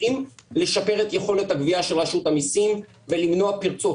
צריכים לשפר את יכולת הגבייה של רשות המיסים ולמנוע פרצות.